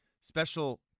special